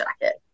jacket